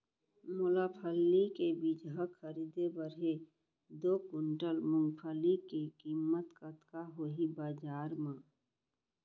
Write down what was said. मोला फल्ली के बीजहा खरीदे बर हे दो कुंटल मूंगफली के किम्मत कतका होही बजार म?